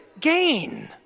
gain